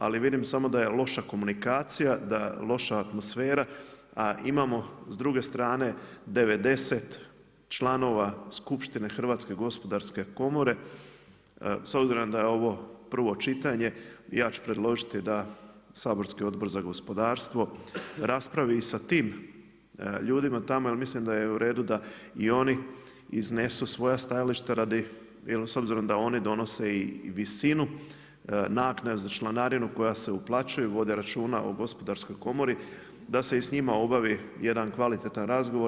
Ali, vidim samo da je loša komunikacija, da je loša atmosfera, a imamo s druge strane 90 članova skupštine Hrvatske gospodarske komore, s obzirom da je ovo prvo čitanje, ja ću predložiti da saborski Odbor za gospodarstvo, raspravi i sa tim ljudima tamo jer mislim da je u redu da i oni iznesu svoj stajališta radi, jer s obzirom da oni donose i visinu naknade za članarinu koja se uplaćuje, vode računa o gospodarskoj komori, da s i s njima obavi jedan kvalitetan razgovor.